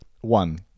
one